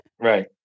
Right